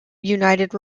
united